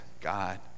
God